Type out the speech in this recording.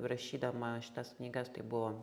rašydama šitas knygas tai buvo